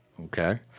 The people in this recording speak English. Okay